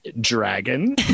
Dragon